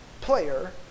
player